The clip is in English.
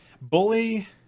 Bully